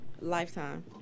Lifetime